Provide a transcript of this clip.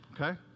Okay